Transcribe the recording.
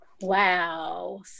Wow